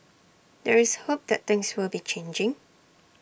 there is hope that things will be changing